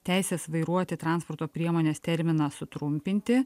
teisės vairuoti transporto priemones terminą sutrumpinti